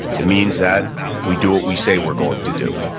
it means that we do what we say we're going to do,